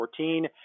2014